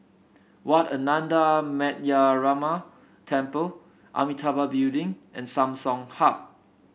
Wat Ananda Metyarama Temple Amitabha Building and Samsung Hub